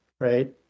Right